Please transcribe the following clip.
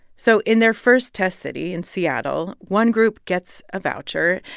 so in their first test city, in seattle, one group gets a voucher.